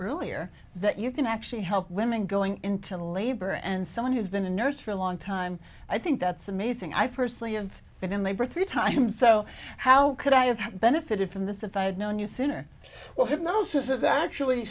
earlier that you can actually help women going into labor and someone who's been a nurse for a long time i think that's amazing i personally have been in the birth three times so how could i have benefited from this if i had known you sooner well hypnosis is actually